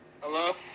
Hello